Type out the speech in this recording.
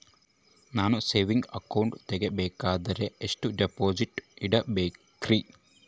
ನಾನು saving account ತೆಗಿಬೇಕಂದರ ಎಷ್ಟು ಡಿಪಾಸಿಟ್ ಇಡಬೇಕ್ರಿ?